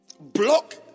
Block